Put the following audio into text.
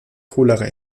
cholera